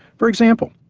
for example,